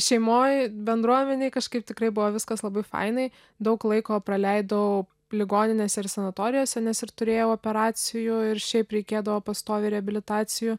šeimoj bendruomenėj kažkaip tikrai buvo viskas labai fainai daug laiko praleidau ligoninėse ir sanatorijose nes ir turėjau operacijų ir šiaip reikėdavo pastoviai reabilitacijų